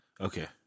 Okay